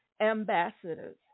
ambassadors